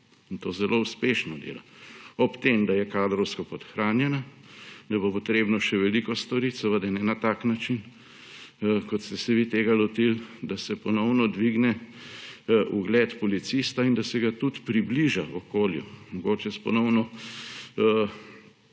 to zelo uspešno dela. Hkrati je kadrovsko podhranjena, da bo potrebno še veliko stvari, seveda ne na tak način, kot ste se vi tega lotili, da se ponovno dvigne ugled policista in da se ga tudi približa okolju, mogoče s ponovno